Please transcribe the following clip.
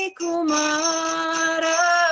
kumara